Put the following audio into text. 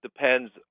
depends